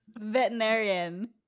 Veterinarian